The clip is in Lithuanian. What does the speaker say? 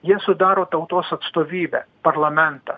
jie sudaro tautos atstovybę parlamentą